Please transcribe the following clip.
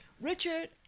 Richard